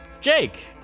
Jake